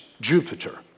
Jupiter